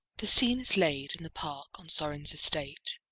the scene is laid in the park on sorin's estate.